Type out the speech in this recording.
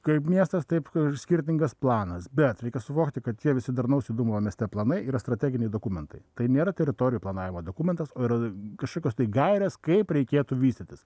kaip miestas taip ir skirtingas planas bet reikia suvokti kad tie visi darnaus judumo mieste planai yra strateginiai dokumentai tai nėra teritorijų planavimo dokumentas o yra kažkokios tai gairės kaip reikėtų vystytis